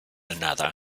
another